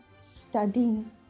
studying